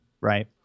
right